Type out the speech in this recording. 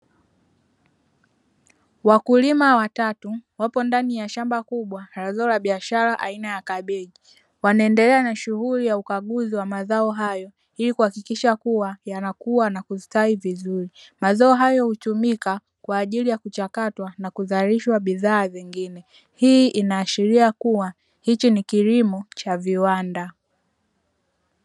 Wakulima watatu wapo ndani ya shamba kubwa la zao la biashara aina ya kabeji wanaendelea na shughuli ya ukaguzi wa mazao hayo ili kuhakikisha kuwa yanakua na kustawi vizuri. Mazao hayo hutumika kwa ajili ya kuchakatwa na kuzalisha bidhaa zingine, hii inaashiria kuwa hiki kilimo cha viwanda.